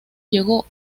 llegó